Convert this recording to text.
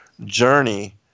journey